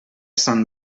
sant